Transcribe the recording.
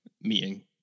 meeting